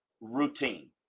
routine